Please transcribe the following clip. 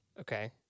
Okay